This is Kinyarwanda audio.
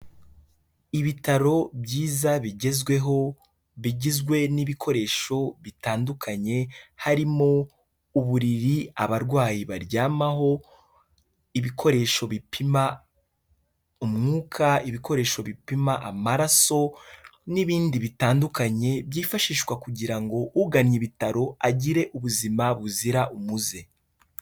Ibitaro byiza bigezweho bigizwe n'ibikoresho bitandukanye harimo uburiri abarwayi baryamaho ibikoresho bipima umwuka ibikoresho bipima amaraso n'ibindi bitandukanye byifashishwa kugira ngo ugannye ibitaro agire ubuzima buzira umuze.